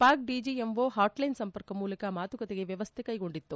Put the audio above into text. Pak DGMO ಪಾಟ್ಲೈನ್ ಸಂಪರ್ಕ ಮೂಲಕ ಮಾತುಕತೆಗೆ ವ್ಯವಸ್ಥೆ ಕೈಗೊಂಡಿತ್ತು